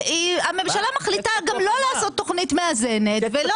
והממשלה מחליטה לא לעשות תוכנית מאזנת ולא